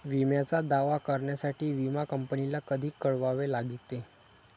विम्याचा दावा करण्यासाठी विमा कंपनीला कधी कळवावे लागते?